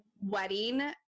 wedding